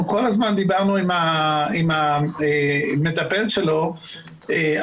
אנחנו כל הזמן דיברנו עם המטפל שלו האם